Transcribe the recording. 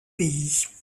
pays